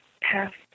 past